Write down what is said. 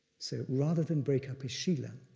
so rather than break up his sila,